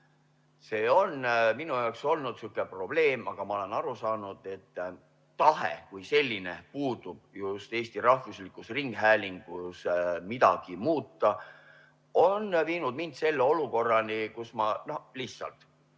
See on minu jaoks olnud sihuke probleem, aga ma olen aru saanud, et just tahe kui selline puudub Eesti rahvuslikus ringhäälingus midagi muuta. See on viinud mind selle olukorrani, kus ma lihtsalt